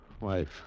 Wife